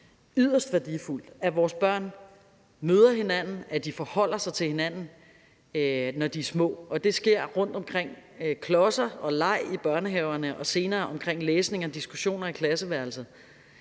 yderst værdifuldt, at vores børn møder hinanden, at de forholder sig til hinanden, når de er små. Og det sker rundtomkring med klodser og leg i børnehaverne og senere omkring læsning og diskussioner i klasseværelset.